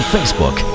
Facebook